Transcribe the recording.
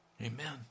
Amen